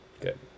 Good